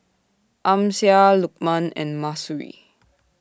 Amsyar Lukman and Mahsuri